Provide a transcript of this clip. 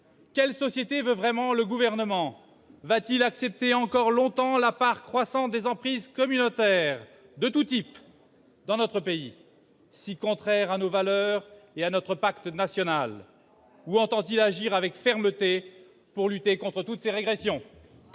Quelle société le Gouvernement veut-il vraiment ? Va-t-il accepter encore longtemps la part croissante des emprises communautaires de tous types dans notre pays, si contraires à nos valeurs et à notre pacte national, ou entend-il agir avec fermeté pour lutter contre ces régressions ?